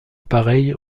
appareils